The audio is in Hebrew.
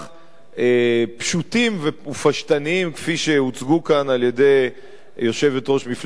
פשוטים ופשטניים כפי שהוצגו כאן על-ידי יושבת-ראש מפלגת העבודה.